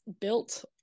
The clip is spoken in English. built